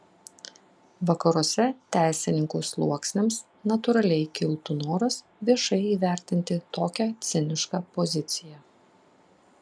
vakaruose teisininkų sluoksniams natūraliai kiltų noras viešai įvertinti tokią cinišką poziciją